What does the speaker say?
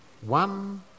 One